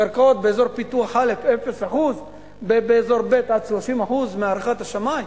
קרקעות באזור פיתוח א' 0%; באזור ב' עד 30% מהערכת השמאי.